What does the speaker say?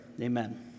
amen